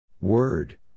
Word